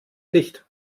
dicht